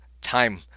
time